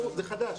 זה חדש.